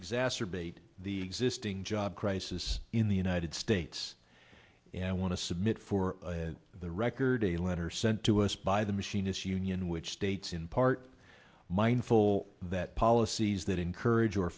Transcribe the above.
aster bait the existing job crisis in the united states and want to submit for the record a letter sent to us by the machinists union which states in part mindful that policies that encourage or